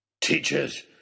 Teachers